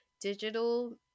digital